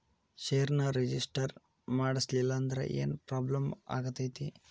ಷೇರ್ನ ರಿಜಿಸ್ಟರ್ ಮಾಡ್ಸಿಲ್ಲಂದ್ರ ಏನ್ ಪ್ರಾಬ್ಲಮ್ ಆಗತೈತಿ